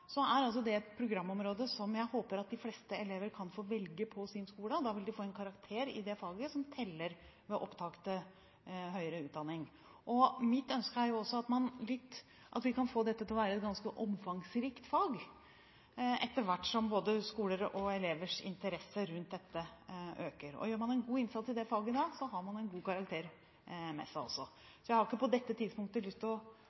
er det et programområde som jeg håper at de fleste elever kan få velge på sin skole. Da vil de få en karakter i det faget som teller ved opptak til høyere utdanning. Mitt ønske er også at vi kan få dette til å være et ganske omfangsrikt fag etter hvert som både skolers og elevers interesse rundt dette øker. Gjør man en god innsats i det faget, har man en god karakter med seg også. Jeg har ikke på dette tidspunktet lyst